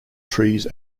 trees